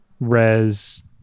res